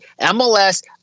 MLS